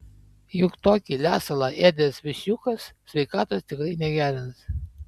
juk tokį lesalą ėdęs viščiukas sveikatos tikrai negerins